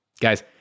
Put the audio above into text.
Guys